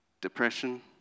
depression